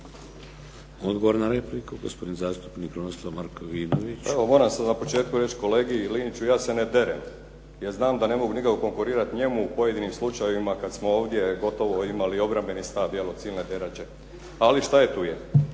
Odgovor na repliku, gospodin zastupnik Krunoslav Markovinović. **Markovinović, Krunoslav (HDZ)** Evo moram sad na početku reći kolegi Liniću, ja se ne derem jer znam da ne mogu nikako konkurirat njemu u pojedinim slučajevima kad smo ovdje gotovo imali obrambeni stav …/Govornik se ne razumije./… ali šta je tu je.